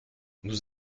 nous